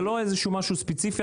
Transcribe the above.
זה לא משהו ספציפי,